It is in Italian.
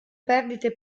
perdite